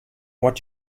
what